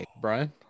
Brian